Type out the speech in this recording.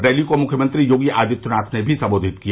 rally को मुख्यमंत्री योगी आदित्यनाथ ने भी सम्बोधित किया